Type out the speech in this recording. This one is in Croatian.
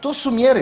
To su mjere.